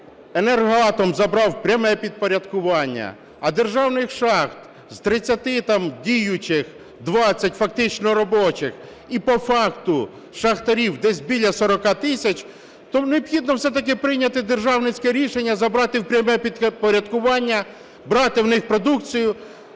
"Енергоатом" забрав в пряме підпорядкування, а державних шахт з 30 там діючих 20 фактично робочих і по факту шахтарів десь біля 40 тисяч, то необхідно все-таки прийняти державницьке рішення забрати в пряме підпорядкування, брати в них продукцію